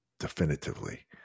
definitively